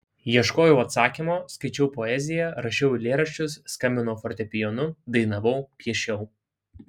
ieškojau atsakymo skaičiau poeziją rašiau eilėraščius skambinau fortepijonu dainavau piešiau